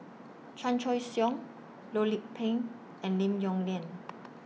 Chan Choy Siong Loh Lik Peng and Lim Yong Liang